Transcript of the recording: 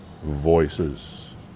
voices